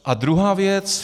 A druhá věc.